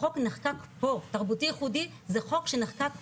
החוק נחקק פה, תרבותי ייחודי, זה חוק שנחקק פה.